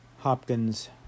Hopkins